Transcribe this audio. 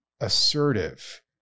assertive